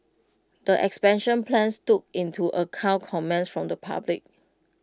the expansion plans took into account comments from the public